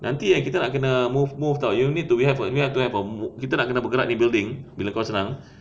nanti eh kita nak kena move move [tau] you need to have a we need to have a kita nak kena bergerak ni building bila kau senang